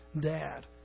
dad